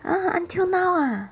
!huh! until now ah